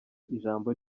ijambo